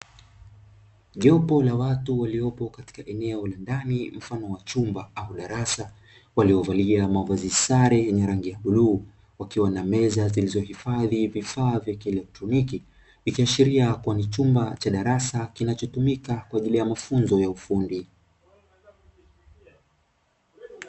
Jopo la watu waliopo katika eneo ndani mfano wa chumba au darasa waliovalia mavazi sare wakiwa na meza zilizohifadhi vifaa vya kielektroniki, ikiashiria kwenye chumba cha darasa kinachotumika kwa ajili ya mafunzo ya ufundi.